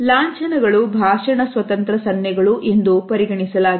ಲಾಂಛನಗಳು ಭಾಷಣ ಸ್ವತಂತ್ರ ಸನ್ನೆಗಳು ಎಂದು ಪರಿಗಣಿಸಲಾಗಿದೆ